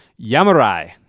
Yamurai